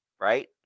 right